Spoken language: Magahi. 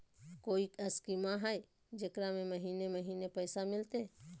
कोइ स्कीमा हय, जेकरा में महीने महीने पैसा मिलते?